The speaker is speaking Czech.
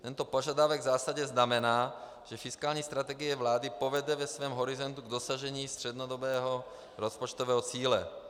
Tento požadavek v zásadě znamená, že fiskální strategie vlády povede ve svém horizontu k dosažení střednědobého rozpočtového cíle.